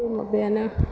बे माबायानो